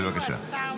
בבקשה.